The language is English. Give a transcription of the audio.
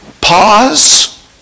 pause